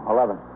Eleven